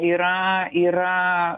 yra yra